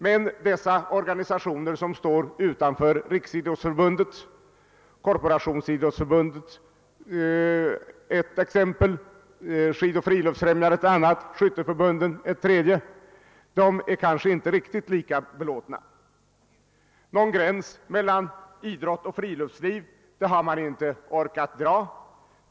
Men de organisationer som står utanför Riksidrottsförbundet —- Korporationsidrottsförbundet är ett exempel, Skidoch friluftsfrämjandet ett annat, skytteförbunden ett tredje — är kanske inte lika belåtna. Någon gräns mellan idrott och friluftsliv har man inte orkat dra.